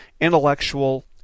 intellectual